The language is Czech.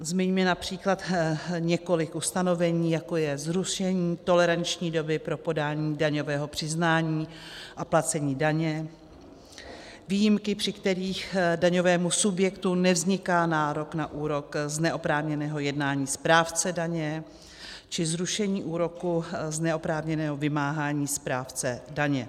Zmiňme například několik ustanovení, jako je zrušení toleranční doby pro podání daňového přiznání a placení daně, výjimky, při kterých daňovému subjektu nevzniká nárok na úrok z neoprávněného jednání správce daně, či zrušení úroku z neoprávněného vymáhání správce daně.